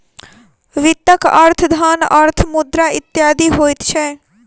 वित्तक अर्थ धन, अर्थ, मुद्रा इत्यादि होइत छै